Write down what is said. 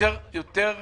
ויותר טכנאים.